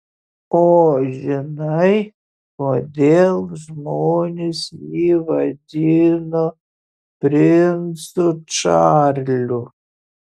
o žinai kodėl žmonės jį vadino princu čarliu